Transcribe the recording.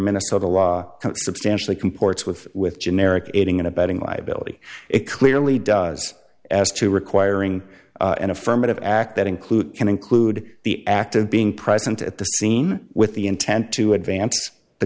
minnesota law substantially comports with with generic aiding and abetting liability it clearly does as to requiring an affirmative act that include can include the act of being present at the scene with the intent to advance the